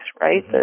right